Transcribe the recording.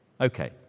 Okay